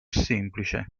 semplice